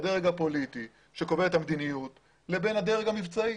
הדרג הפוליטי שקובע את המדיניות לבין הדרג המבצעי.